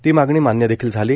ती मागणी मान्य देखील झाली